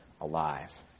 alive